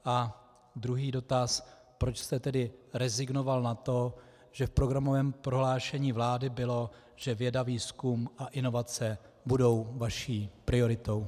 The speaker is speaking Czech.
A druhý dotaz, proč jste tedy rezignoval na to, že v programovém prohlášení vlády bylo, že věda, výzkum a inovace budou vaší prioritou.